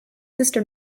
sister